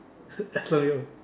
as long you'll